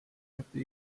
kätte